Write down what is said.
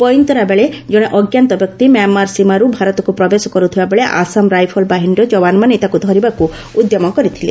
ପଇନ୍ତରାବେଳେ ଜଣେ ଅଜ୍ଞାତ ବ୍ୟକ୍ତି ମ୍ୟାମାର ସୀମାରୁ ଭାରତକୁ ପ୍ରବେଶ କରୁଥିବାବେଳେ ଆସାମ ରାଇଫଲ୍ ବାହିନୀର ଯବାନମାନେ ତାକୁ ଧରିବାକୁ ଉଦ୍ୟମ କରିଥିଲେ